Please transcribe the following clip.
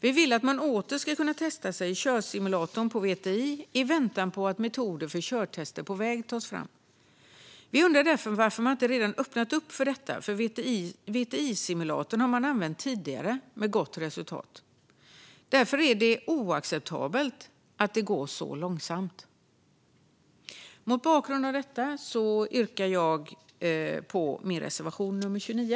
Vi vill att man åter ska kunna testa sig i körsimulatorn på VTI i väntan på att metoder för körtester på väg tas fram. Vi undrar därför varför det inte redan har öppnats upp för detta, då VTI-simulatorn har använts tidigare med gott resultat. Det är oacceptabelt att det går så långsamt. Mot bakgrund av detta yrkar jag bifall till min reservation nummer 29.